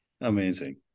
amazing